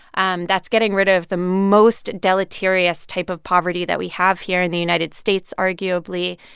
um that's getting rid of the most deleterious type of poverty that we have here in the united states, arguably.